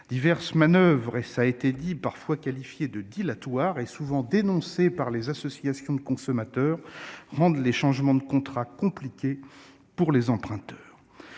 diverses manoeuvres, parfois qualifiées de dilatoires et souvent dénoncées par les associations de consommateurs, rendent les changements de contrat compliqués pour les emprunteurs.